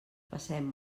passem